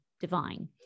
divine